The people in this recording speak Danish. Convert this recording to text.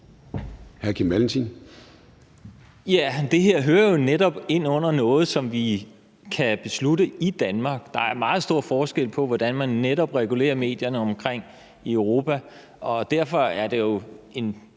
det her hører jo netop ind under noget, som vi kan beslutte i Danmark. Der er meget stor forskel på, hvordan man netop regulerer medierne rundtomkring i Europa, og derfor er der jo en